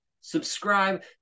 Subscribe